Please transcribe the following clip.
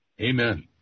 Amen